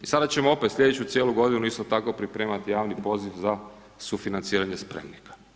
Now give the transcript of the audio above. I sada ćemo opet slijedeću cijelu godinu isto tako pripremati javni poziv za sufinanciranje spremnika.